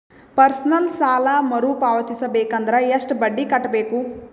Personal ಸಾಲ ಮರು ಪಾವತಿಸಬೇಕಂದರ ಎಷ್ಟ ಬಡ್ಡಿ ಕಟ್ಟಬೇಕು?